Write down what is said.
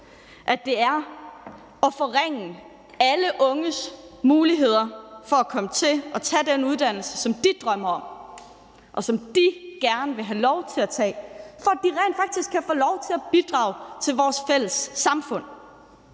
at det er at forringe alle unges muligheder for at kunne tage den uddannelse, som de drømmer om, og som de gerne vil have lov til at tage, for at de rent faktisk kan få lov til at bidrage til vores fælles samfund.